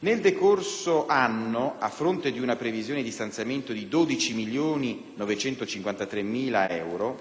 Nel decorso anno, a fronte di una previsione di stanziamento di 12.953.000 euro sul capitolo